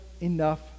enough